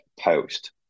post